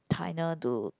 China to